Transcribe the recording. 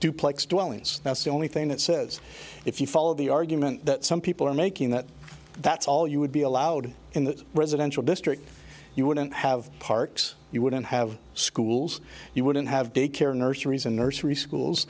duplex dwellings that's the only thing that says if you follow the argument that some people are making that that's all you would be allowed in the residential district you wouldn't have parks you wouldn't have schools you wouldn't have daycare nurseries and nursery schools